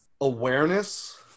awareness